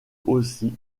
aussi